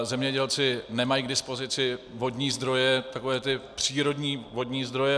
Zemědělci nemají k dispozici vodní zdroje, takové ty přírodní vodní zdroje.